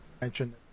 mentioned